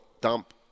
dump